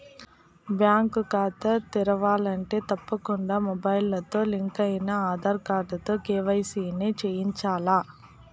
bank కాతా తెరవాలంటే తప్పకుండా మొబయిల్తో లింకయిన ఆదార్ కార్డుతో కేవైసీని చేయించాల్ల